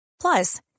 Plus